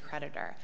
creditor